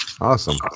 awesome